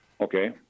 Okay